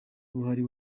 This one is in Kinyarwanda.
buhari